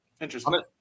interesting